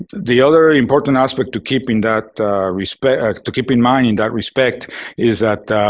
the other important aspect to keep in that respect to keep in mind in that respect is that,